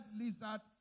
lizard